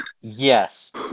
yes